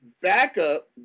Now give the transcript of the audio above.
backup